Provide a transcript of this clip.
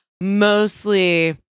mostly